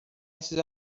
esses